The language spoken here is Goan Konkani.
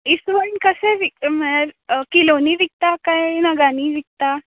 इसवण कशें विक मेळ किलोनी विकता काय नगानी विकता